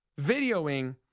videoing